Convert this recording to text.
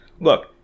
look